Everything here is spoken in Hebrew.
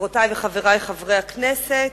חברותי וחברי חברי הכנסת,